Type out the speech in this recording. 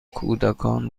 کودکان